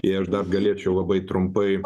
ir aš dar galėčiau labai trumpai